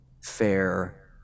fair